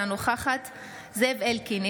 אינה נוכחת זאב אלקין,